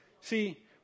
See